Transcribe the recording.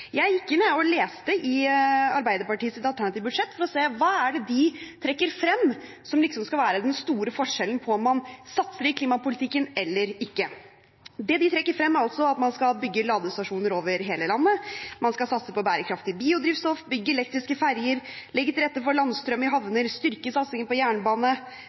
Jeg gikk inn og leste i Arbeiderpartiets alternative budsjett for å se hva det er de trekker frem som skal være den store forskjellen på om man satser i klimapolitikken, eller ikke. Det de trekker frem, er at man skal bygge ladestasjoner over hele landet, man skal satse på bærekraftig biodrivstoff, bygge elektriske ferjer, legge til rette for landstrøm i havner, styrke satsingen på jernbane,